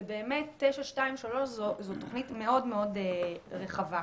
923 זו תוכנית מאוד רחבה.